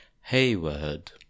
Hayward